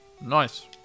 Nice